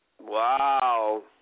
Wow